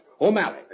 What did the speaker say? O'Malley